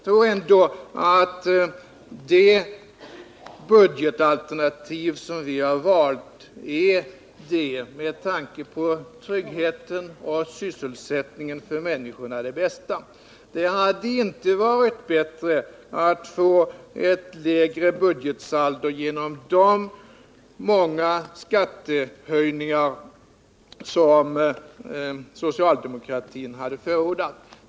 Jag tror att det budgetalternativ som vi har valt är det bästa, med tanke på tryggheten och sysselsättningen för människorna. Det hade inte varit bättre att få ett lägre budgetsaldo genom de många skattehöjningar som socialdemokratin har förordat.